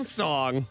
song